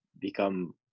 become